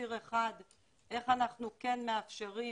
ציר אחד - איך אנחנו כן מאפשרים